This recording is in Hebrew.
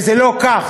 וזה לא כך.